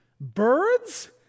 Birds